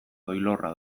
doilorra